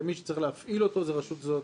ומי שצריך להפעיל אותו זאת רשות שדות התעופה.